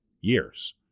years